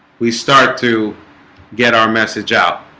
we start to get our message out